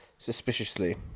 Suspiciously